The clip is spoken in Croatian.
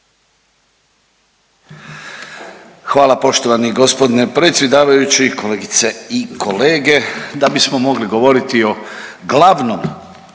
Hvala poštovani gospodine predsjedavajući, kolegice i kolege. Da bismo mogli govoriti o glavnom